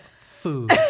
food